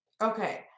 Okay